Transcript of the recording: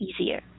easier